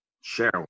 share